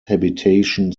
habitation